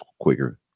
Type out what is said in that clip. quicker